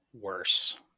Worse